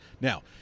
Now